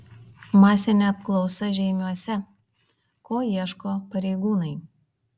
masinė apklausa žeimiuose ko ieško pareigūnai